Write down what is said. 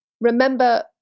remember